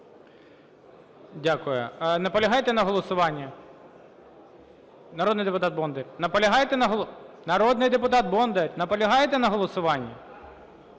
Дякую. Наполягаєте на голосуванні? Народний депутат Бондар, наполягаєте на голосуванні?